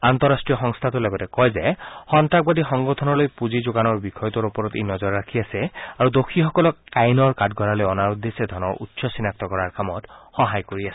আন্তঃৰাষ্ট্ৰীয় সংস্থাটোৱে লগতে কয় যে সন্তাসবাদী সংগঠনলৈ পূঁজি যোগানৰ বিষয়টোৰ ওপৰত ই নজৰ ৰাখি আছে আৰু দোষীসকলক আইনৰ কাঠগড়ালৈ অনাৰ উদ্দেশ্যে ধনৰ উৎস চিনাক্ত কৰাৰ কামত সহায় কৰি আছে